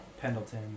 Pendleton